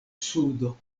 sudo